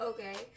Okay